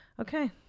okay